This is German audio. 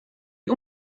die